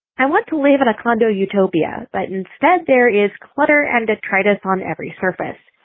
i want to live in a condo utopia. but instead there is clutter and detritus on every surface.